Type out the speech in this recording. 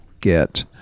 get